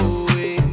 away